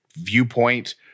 viewpoint